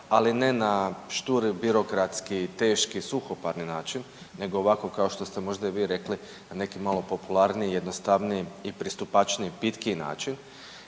ali ne na šturi birokratski, teški suhoparni način nego ovako kao što ste možda i vi rekli na neki malo popularniji, jednostavniji i pristupačniji pitkiji način